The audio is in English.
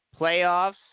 playoffs